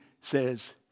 says